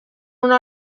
una